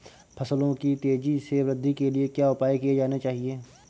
फसलों की तेज़ी से वृद्धि के लिए क्या उपाय किए जाने चाहिए?